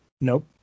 Nope